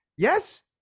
Yes